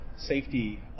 safety